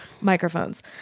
microphones